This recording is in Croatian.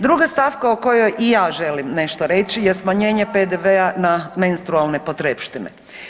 Druga stavka o kojoj i ja želim nešto reći je smanjenje PDV-a na menstrualne potrepštine.